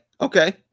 okay